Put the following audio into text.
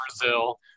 Brazil